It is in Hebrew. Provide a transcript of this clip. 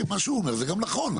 מה שהוא אומר זה גם נכון,